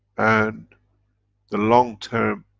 and the long term,